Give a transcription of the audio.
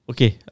Okay